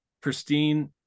pristine